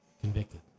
convicted